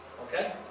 Okay